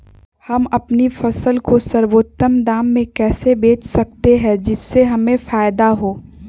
हम अपनी फसल को सर्वोत्तम दाम में कैसे बेच सकते हैं जिससे हमें फायदा हो?